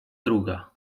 druga